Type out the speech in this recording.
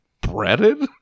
Breaded